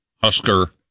Husker